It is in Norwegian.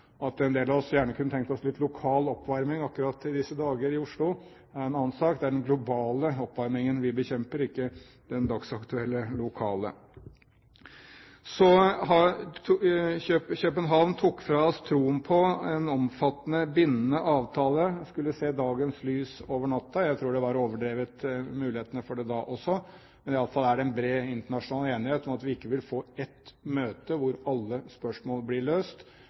At en del av oss gjerne kunne tenkt oss litt lokal oppvarming i Oslo akkurat i disse dager, er en annen sak. Det er den globale oppvarmingen vi bekjemper, ikke den dagsaktuelle lokale. København tok fra oss troen på at en omfattende, bindende avtale skulle se dagens lys over natten. Jeg tror mulighetene for det var overdrevet da også, men i alle fall er det bred internasjonal enighet om at vi ikke vil få ett møte hvor alle spørsmål blir løst.